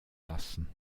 lassen